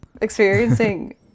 Experiencing